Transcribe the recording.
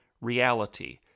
reality